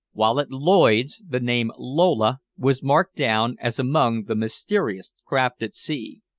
while at lloyd's the name lola was marked down as among the mysterious craft at sea.